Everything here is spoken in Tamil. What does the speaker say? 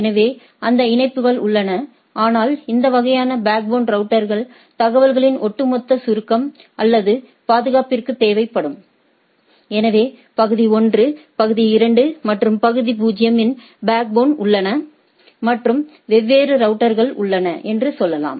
எனவே அந்த இணைப்புகள் உள்ளன ஆனால் இந்த வகையான பேக்போன் ரௌட்டர்கள் தகவல்களின் ஒட்டுமொத்த சுருக்கம் அல்லது பாதுகாப்பிற்கு தேவைப்படும் எனவே பகுதி 1 பகுதி 2 மற்றும் பகுதி 0 இன் பேக்போன் உள்ளன மற்றும் வெவ்வேறு ரவுட்டர்கள் உள்ளன என்று சொல்லலாம்